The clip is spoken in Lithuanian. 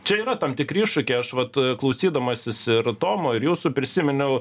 čia yra tam tikri iššūkiai aš vat klausydamasis ir tomo ir jūsų prisiminiau